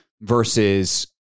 versus